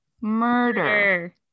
murder